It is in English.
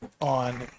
on